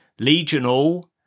Legionall